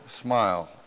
smile